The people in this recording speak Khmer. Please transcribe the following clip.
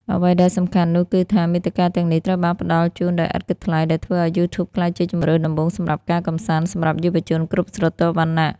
អ្វីដែលសំខាន់នោះគឺថា មាតិកាទាំងនេះត្រូវបានផ្តល់ជូនដោយឥតគិតថ្លៃ ដែលធ្វើឲ្យ YouTube ក្លាយជាជម្រើសដំបូងសម្រាប់ការកម្សាន្តសម្រាប់យុវជនគ្រប់ស្រទាប់វណ្ណៈ។